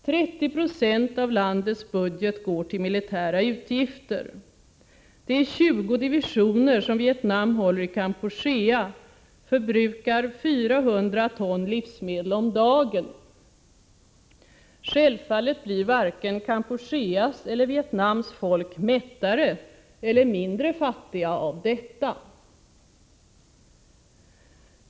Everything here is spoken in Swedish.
30 96 av landets budget går till militära utgifter. De 20 divisioner som Vietnam håller i Kampuchea förbrukar 400 ton livsmedel om dagen. Självfallet blir varken Kampucheas eller Vietnams folk mättare eller mindre fattiga av detta.